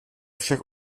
všech